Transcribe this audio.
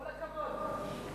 כל הכבוד.